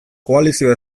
koalizio